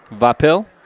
Vapil